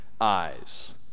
eyes